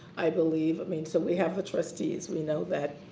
i believe, i mean, so we have the trustees, we know that.